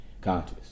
conscious